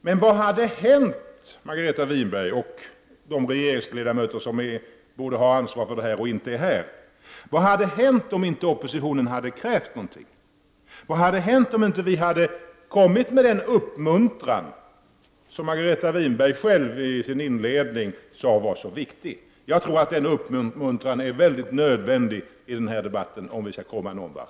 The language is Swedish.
Men vad hade hänt, Margareta Winberg och de regeringsledamöter som borde ha ansvar för detta men som inte är här, om inte oppositionen hade krävt något? Vad hade hänt om inte vi hade kommit med denna uppmuntran som Margareta Winberg själv i sitt inledningsanförande sade var så viktig? Jag tror att den uppmuntran är nödvändig i den här debatten, om vi skall komma någon vart.